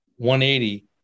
180